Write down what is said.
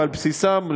ועל בסיסן,